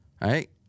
Right